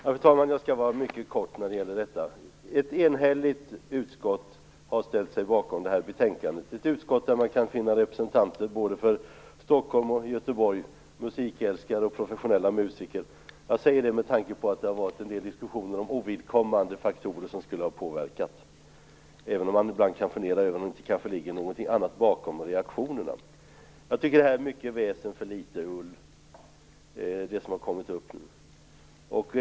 Fru talman! Jag skall vara mycket kort. Ett enhälligt utskott har ställt sig bakom det här betänkandet. Det är ett utskott där man kan finna representanter både för Stockholm och Göteborg, musikälskare och professionella musiker. Jag säger det med tanke på att det har varit en del diskussioner om ovidkommande faktorer som skulle ha påverkat, även om man ibland kan fundera över om det inte ligger något annat bakom reaktionerna. Jag tycker att detta är mycket väsen för litet ull.